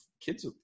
kids